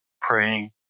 praying